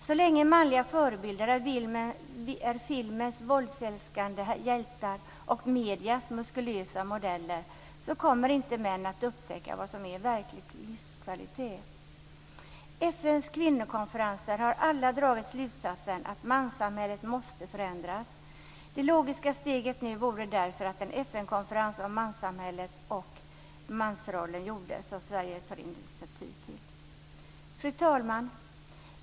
Så länge manliga förebilder är filmens våldsälskande hjältar och mediers muskulösa modeller kommer inte män att upptäcka vad som är verklig livskvalitet. FN:s kvinnokonferenser har alla dragit slutsatsen att manssamhället måste förändras. Det logiska steget nu vore därför att en FN-konferens om manssamhället och mansrollen gjordes som Sverige tar initiativ till. Fru talman!